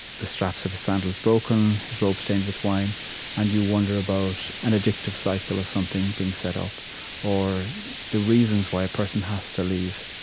the straps of his sandals broken his robe stained with wine and you wonder about an addictive cycle of something being set up or the reasons why a person has to leave.